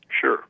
Sure